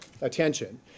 attention